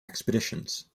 expeditions